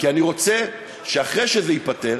כי אני רוצה שאחרי שזה ייפתר,